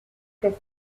que